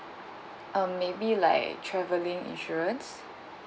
um maybe like travelling insurance